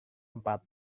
empat